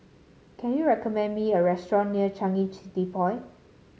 can you recommend me a restaurant near Changi City Point